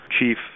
chief